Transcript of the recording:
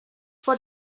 vor